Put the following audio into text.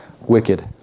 wicked